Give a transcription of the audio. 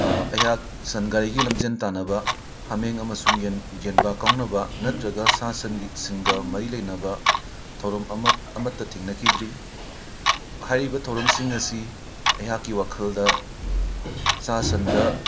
ꯑꯩꯍꯥꯛ ꯁꯟ ꯒꯥꯔꯤꯒꯤ ꯂꯝꯖꯦꯟ ꯇꯥꯟꯅꯕ ꯍꯥꯃꯦꯡ ꯑꯃꯁꯨꯡ ꯌꯦꯟ ꯌꯦꯟꯕꯥ ꯀꯥꯎꯅꯕ ꯅꯠꯇ꯭ꯔꯒ ꯁꯥ ꯁꯟꯁꯤꯡꯒ ꯃꯔꯤ ꯂꯩꯅꯕ ꯊꯧꯔꯝ ꯑꯃꯠ ꯑꯃꯠꯇ ꯊꯦꯡꯅꯈꯤꯗ꯭ꯔꯤ ꯍꯥꯏꯔꯤꯕ ꯊꯧꯔꯝꯁꯤꯡ ꯑꯁꯤ ꯑꯩꯍꯥꯛꯀꯤ ꯋꯥꯈꯜꯗ ꯁꯥ ꯁꯟꯗ